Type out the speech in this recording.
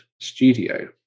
Studio